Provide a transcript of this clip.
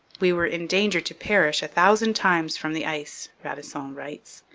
we were in danger to perish a thousand times from the ice radisson writes,